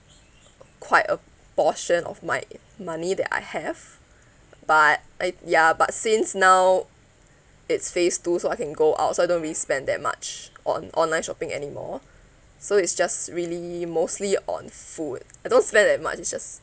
quite a portion of my money that I have but I ya but since now it's phase two so I can go out so I don't really spend that much on online shopping anymore so it's just really mostly on food I don't spend that much it's just